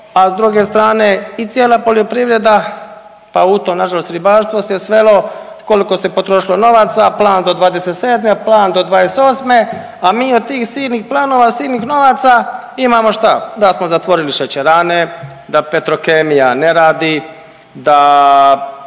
A s druge strane i cijela poljoprivreda pa u to na žalost ribarstvo se svelo koliko se potrošilo novaca, a plan do 2027., a plan do 2028. a mi od tih silnih planova silnih novaca imamo šta? Da smo zatvorili šećerane, da Petrokemija ne radi, da